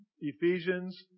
Ephesians